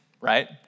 right